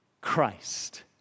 Christ